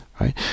right